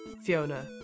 Fiona